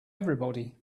everybody